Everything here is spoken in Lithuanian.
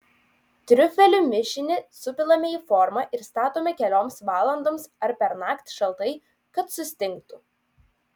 triufelių mišinį supilame į formą ir statome kelioms valandoms ar pernakt šaltai kad sustingtų